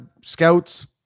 scouts